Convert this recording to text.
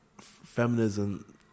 feminism